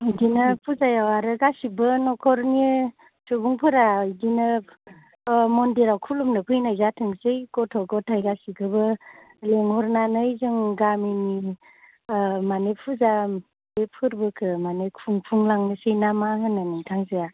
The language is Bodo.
बिदिनो फुजायाव आरो गासैबो न'खरनि सुबुंफोरा बिदिनो मन्दिराव खुलुमनो फैनाय जाथोंसै गथ' गथाय गासैखौबो लिंहरनानै जों गामिनि माने फुजा बे फोरबोखौ मानो खुफुंलांनोसै ना मा होनो नोंथांजोआ